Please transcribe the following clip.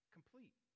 Complete